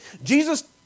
Jesus